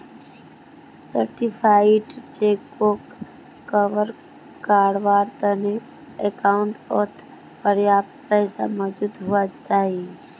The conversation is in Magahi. सर्टिफाइड चेकोक कवर कारवार तने अकाउंटओत पर्याप्त पैसा मौजूद हुवा चाहि